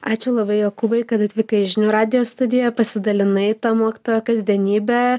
ačiū labai jokūbai kad atvykai į žinių radijo studiją pasidalinai ta mokytojo kasdienybe